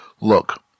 look